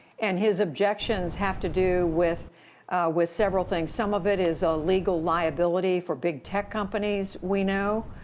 and his objections have to do with with several things. some of it is ah legal liability for big tech companies, we know.